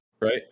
Right